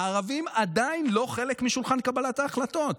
הערבים הם עדיין לא חלק משולחן קבלת ההחלטות.